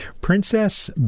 Princess